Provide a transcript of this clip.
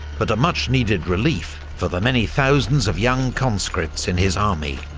but a much-needed relief for the many thousands of young conscripts in his army,